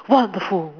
wonderful